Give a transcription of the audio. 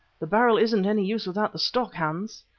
the barrel isn't any use without the stock, hans.